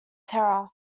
terror